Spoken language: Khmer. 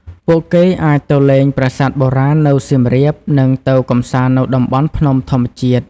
ពួកគេអាចទៅលេងប្រាសាទបុរាណនៅសៀមរាប និងទៅកម្សាន្តនៅតំបន់ភ្នំធម្មជាតិ។